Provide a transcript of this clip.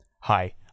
Hi